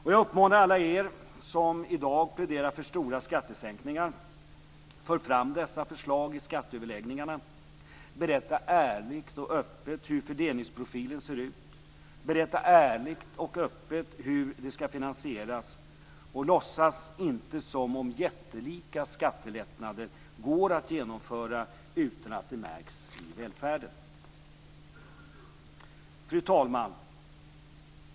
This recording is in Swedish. Jag uppmanar alla er som i dag pläderar för stora skattesänkningar och för fram dessa förslag i skatteöverläggningarna att berätta ärligt och öppet hur fördelningsprofilen ser ut, att berätta ärligt och öppet hur det skall finansieras, och inte låtsas som om jättelika skattelättnader går att genomföra utan att det märks i välfärden. Fru talman!